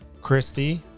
Christy